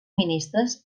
ministres